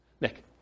Nick